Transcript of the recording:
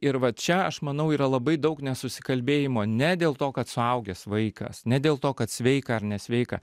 ir vat čia aš manau yra labai daug nesusikalbėjimo ne dėl to kad suaugęs vaikas ne dėl to kad sveika ar nesveika